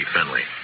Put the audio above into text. Finley